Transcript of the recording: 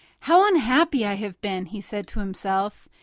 how unhappy i have been, he said to himself.